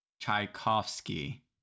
Tchaikovsky